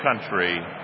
country